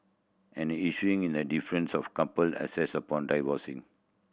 at issue in the difference of couple assets upon divorcing